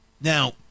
Now